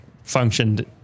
functioned